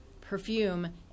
perfume